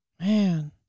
Man